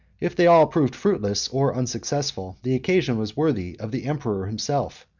if they all proved fruitless or unsuccessful, the occasion was worthy of the emperor himself,